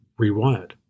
rewired